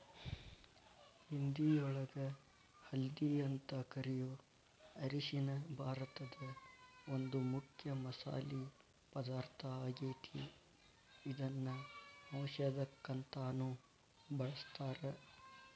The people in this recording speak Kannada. ಹಿಂದಿಯೊಳಗ ಹಲ್ದಿ ಅಂತ ಕರಿಯೋ ಅರಿಶಿನ ಭಾರತದ ಒಂದು ಮುಖ್ಯ ಮಸಾಲಿ ಪದಾರ್ಥ ಆಗೇತಿ, ಇದನ್ನ ಔಷದಕ್ಕಂತಾನು ಬಳಸ್ತಾರ